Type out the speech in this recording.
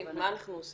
ציפי, מה אנחנו עושים?